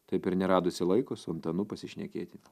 taip ir neradusi laiko su antanu pasišnekėti